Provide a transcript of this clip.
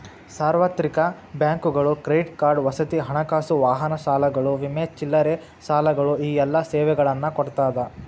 ಸಾರ್ವತ್ರಿಕ ಬ್ಯಾಂಕುಗಳು credit card ವಸತಿ ಹಣಕಾಸು ವಾಹನ ಸಾಲಗಳು ವಿಮೆ ಚಿಲ್ಲರೆ ಸಾಲಗಳು ಈ ಎಲ್ಲಾ ಸೇವೆಗಳನ್ನ ಕೊಡ್ತಾದ